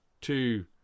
two